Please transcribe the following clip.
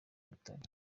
bitari